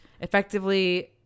Effectively